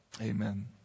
amen